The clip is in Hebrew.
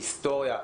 היסטוריה.